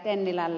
tennilälle